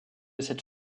cette